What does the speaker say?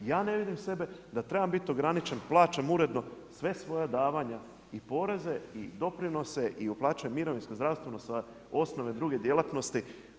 Ja ne vidim sebe da trebam biti ograničen, plaćam uredno sva svoja davanja i poreze i doprinose i uplaćujem mirovinsko, zdravstveno sa osnove druge djelatnosti.